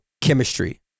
chemistry